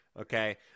Okay